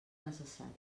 necessària